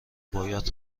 باید